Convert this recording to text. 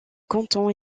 canton